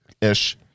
ish